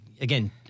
again